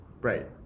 Right